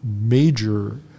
major